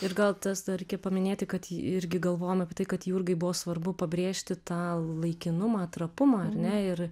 ir gal tas dar reikia paminėti kad irgi galvojom apie tai kad jurgai buvo svarbu pabrėžti tą laikinumą trapumą ar ne ir